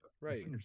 Right